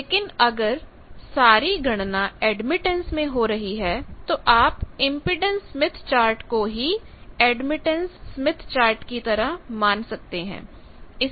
लेकिन अगर सारी गणना एडमिटेंस में हो रही है तो आप इंपेडेंस स्मिथ चार्ट को ही एडमिटेंस स्मिथ चार्ट की तरह मान सकते हैं